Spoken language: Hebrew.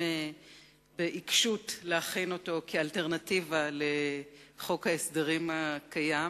נוהגים בעיקשות להכין אותו כאלטרנטיבה לחוק ההסדרים הקיים,